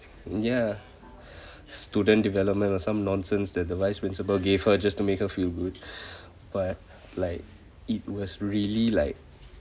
ya student development or some nonsense that the vice principal gave her just to make her feel good but like it was really like